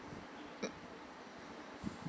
mm